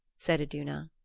said iduna.